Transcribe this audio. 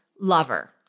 lover